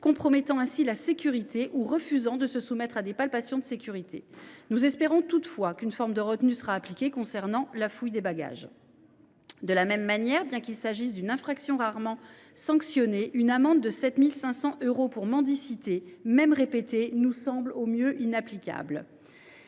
compromettant la sécurité ou refusant de se soumettre à des palpations de sécurité. Nous espérons toutefois qu’une forme de retenue sera appliquée concernant la fouille des bagages. De la même manière, bien qu’il s’agisse d’une infraction rarement sanctionnée, une amende de 7 500 euros pour mendicité, même répétée, nous semble au mieux inapplicable.